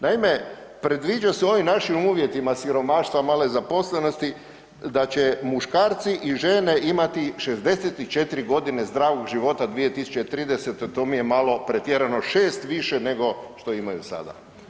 Naime, predviđa se u ovim našim uvjetima siromaštva, male zaposlenosti da će muškarci i žene imati 64 godine zdravog života 2030., to mi je malo pretjerano, šest više nego što imaju sada.